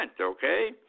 okay